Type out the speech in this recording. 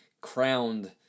crowned